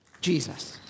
Jesus